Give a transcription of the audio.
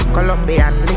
Colombian